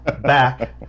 back